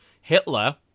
Hitler